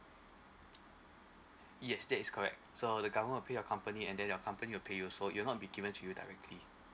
yes that is correct so the government will pay your company and then your company will pay you so it will not be given to you directly